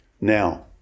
now